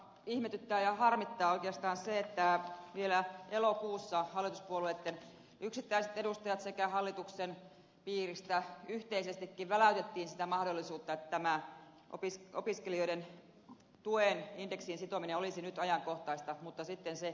ihmetyttää ja harmittaa oikeastaan se että kun vielä elokuussa hallituspuolueitten yksittäiset edustajat pitivät mahdollisena ja hallituksen piiristä yhteisestikin väläytettiin sitä mahdollisuutta että tämä opiskelijoiden tuen indeksiin sitominen olisi nyt ajankohtaista niin sitten se jäi